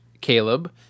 Caleb